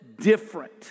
different